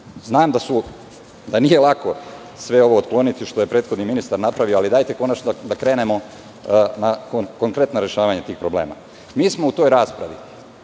Znam da nije lako sve ovo otkloniti što je prethodni ministar napravio, ali dajte konačno da krenemo na konkretno rešavanje tih problema. Mi smo u toj raspravi,